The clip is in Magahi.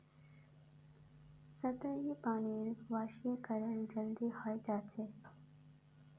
सतही पानीर वाष्पीकरण जल्दी हय जा छे